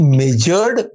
measured